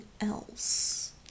else